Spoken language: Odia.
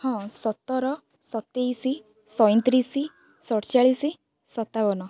ହଁ ସତର ସତେଇଶି ସଇଁତିରିଶି ସତଚାଳିଶି ସତାବନ